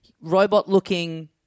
robot-looking